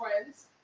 friends